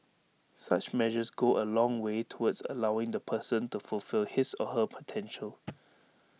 such measures go A long way towards allowing the person to fulfil his or her potential